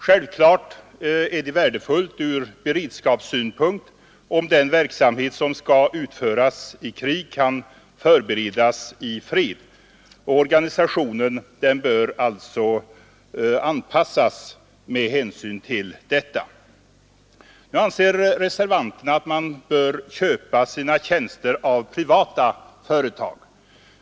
Självfallet är det värdefullt ur beredskapssynpunkt om den verksamhet som skall utföras i krig kan förberedas i fred, och organisationen bör alltså anpassas med hänsyn till detta. Nu anser reservanterna att man bör köpa sina tjänster av privata företag.